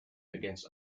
against